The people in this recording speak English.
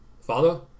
Father